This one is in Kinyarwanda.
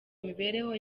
imibereho